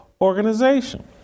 organization